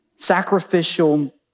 Sacrificial